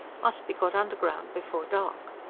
must be got underground before dark.